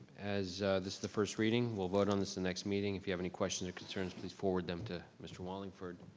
as this is the first reading, we'll vote on this the next meeting. if you have any questions or concerns, please forward them to mr. wallingford.